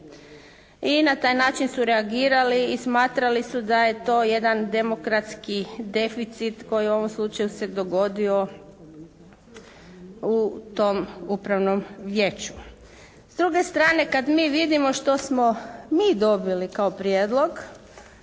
i na taj način su reagirali i smatrali su da je to jedan demokratski deficit koji u ovom slučaju se dogodio u tom Upravnom vijeću. S druge strane kada mi vidimo što smo mi dobili kao prijedlog,